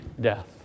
death